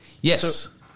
Yes